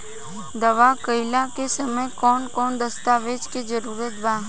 दावा कईला के समय कौन कौन दस्तावेज़ के जरूरत बा?